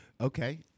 Okay